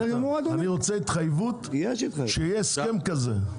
אני רוצה התחייבות שיהיה הסכם כזה.